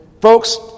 folks